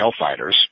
Hellfighters